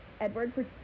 Edward